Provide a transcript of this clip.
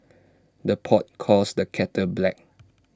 the pot calls the kettle black